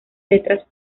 letras